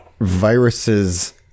viruses